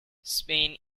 spain